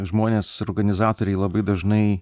žmonės organizatoriai labai dažnai